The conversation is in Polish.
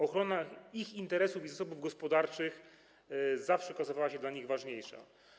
Ochrona ich interesów i zasobów gospodarczych zawsze okazywała się dla nich ważniejsza.